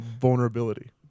vulnerability